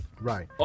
Right